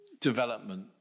development